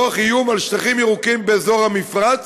תוך איום על שטחים ירוקים באזור המפרץ,